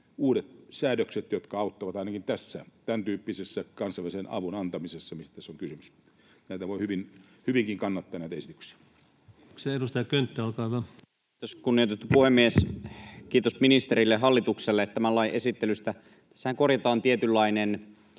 uudet säädökset, jotka auttavat ainakin tämäntyyppisessä kansainvälisen avun antamisessa, mistä tässä on kysymys. Näitä esityksiä voi hyvinkin kannattaa. Kiitoksia. — Edustaja Könttä, olkaa hyvä. Kiitos, kunnioitettu puhemies! Kiitos ministerille ja hallitukselle tämän lain esittelystä. Tässähän korjataan tietynlainen